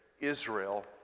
Israel